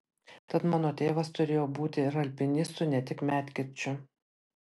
tad mano tėvas turėjo būti ir alpinistu ne tik medkirčiu